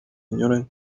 zinyuranye